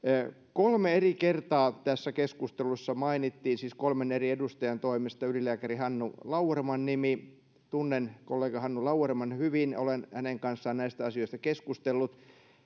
kolme eri kertaa tässä keskustelussa mainittiin siis kolmen eri edustajan toimesta ylilääkäri hannu lauerman nimi tunnen kollega hannu lauerman hyvin olen hänen kanssaan näistä asioista keskustellut